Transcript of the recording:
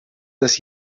das